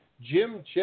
Jim